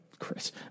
chris